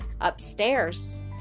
upstairs